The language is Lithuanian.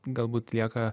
galbūt lieka